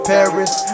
Paris